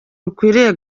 rukwiye